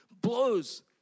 blows